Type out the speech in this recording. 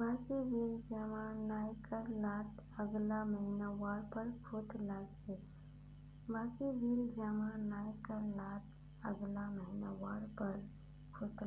बकाया बिल जमा नइ कर लात अगला महिना वहार पर सूद